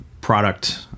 product